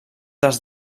dels